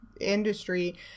industry